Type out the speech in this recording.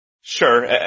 Sure